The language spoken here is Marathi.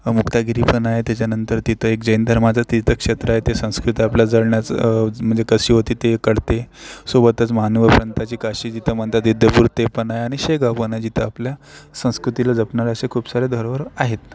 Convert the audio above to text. मुक्तागिरी पण आहे त्याच्यानंतर तिथं एक जैन धर्माचं तीर्थक्षेत्र आहे ते संस्कृत आपल्या जळण्याचं म्हणजे कशी होती ते कळते सोबतच मानवपंताची काशी जिथं म्हणतातय तिथं पर पण आहे आणि शेगाव पण आहे जिथं आपल्या संस्कृतीला जपणाऱ्या अशा खूप साऱ्या धरोहर आहेत